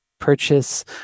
purchase